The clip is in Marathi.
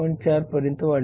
4 पर्यंत वाढले आहे